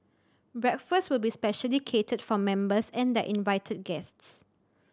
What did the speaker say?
breakfast will be specially catered for members and their invited guests